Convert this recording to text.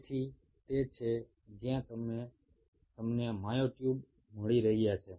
તેથી તે છે જ્યાં તમને મ્યોટ્યુબ મળી રહ્યા છે